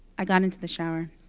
i got into the shower.